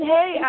Hey